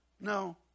no